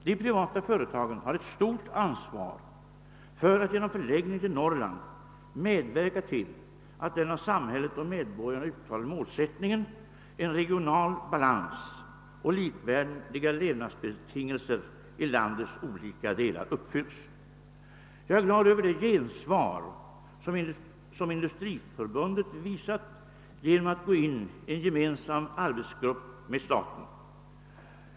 De privata företagen har ett stort ansvar för att genom förläggning till Norrland medverka till att den av samhället och medborgarna uttalade målsättningen om regional balans och likvärdiga levnadsbetingelser i landets olika delar uppfylls. Jag är glad över det gensvar som Industriförbundet visat genom att gå in i en gemensam arbetsgrupp med staten.